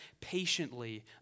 patiently